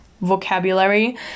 vocabulary